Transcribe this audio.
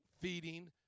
feeding